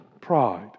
Pride